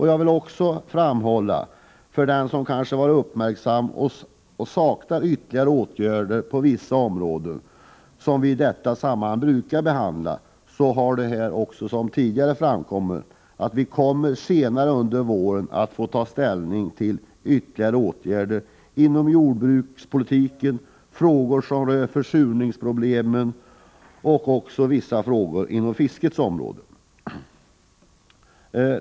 Jag vill vidare framhålla — för den som kanske har varit uppmärksam och saknar ytterligare åtgärder på vissa områden som vi i detta sammanhang brukar behandla — att vi senare under våren kommer att få ta ställning till ytterligare åtgärder inom jordbrukspolitiken, t.ex. frågor som rör försurningsproblemen och vissa frågor inom fiskets område.